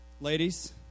Ladies